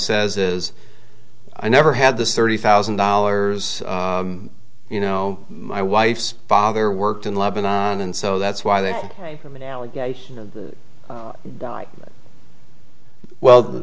says is i never had this thirty thousand dollars you know my wife's father worked in lebanon and so that's why they're ok from an allegation of the guy well